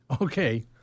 Okay